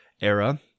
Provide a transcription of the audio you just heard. era